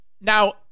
Now